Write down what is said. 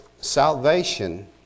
salvation